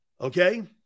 okay